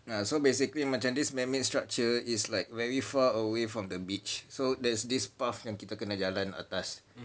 ya so basically macam this man-made structure is like very far away from the beach so there's this path yang kita kena jalan atas